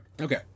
Okay